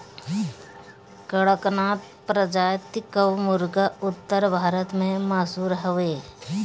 कड़कनाथ प्रजाति कअ मुर्गा उत्तर भारत में मशहूर हवे